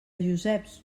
joseps